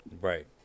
Right